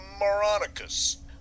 moronicus